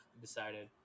decided